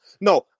No